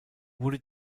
wurde